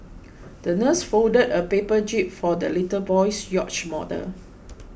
the nurse folded a paper jib for the little boy's yacht model